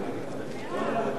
במליאה?